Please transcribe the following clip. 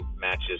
matches